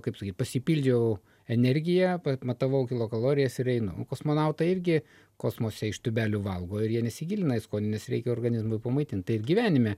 kaip sakyt pasipildžiau energiją matavau kilokalorijas ir einu nu kosmonautai irgi kosmose iš tūbelių valgo ir jie nesigilina į skonines reikia organizmui pamaitinti taip gyvenime